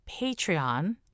Patreon